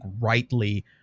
rightly